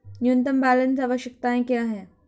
न्यूनतम बैलेंस आवश्यकताएं क्या हैं?